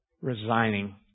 resigning